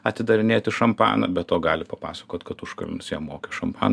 atidarinėti šampaną be to gali papasakot kad užkalnis ją mokė šampaną